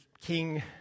King